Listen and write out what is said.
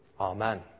Amen